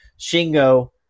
Shingo